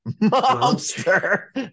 monster